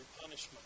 punishment